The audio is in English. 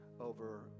over